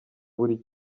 buri